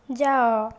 ଯାଅ